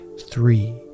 three